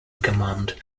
command